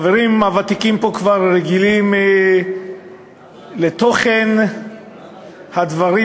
החברים הוותיקים פה כבר רגילים לתוכן הדברים,